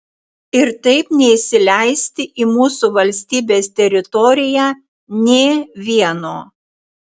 ir taip neįsileisti į mūsų valstybės teritoriją nė vieno